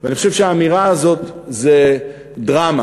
ואני חושב שהאמירה הזאת זה דרמה.